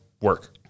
work